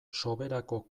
soberako